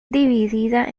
dividida